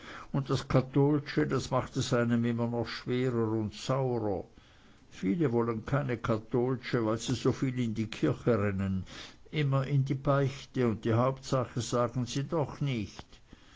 und das kattolsche das macht es einem immer noch schwerer und saurer viele wollen keine kattolsche weil sie so viel in die kirche rennen immer in die beichte und die hauptsache sagen sie doch nich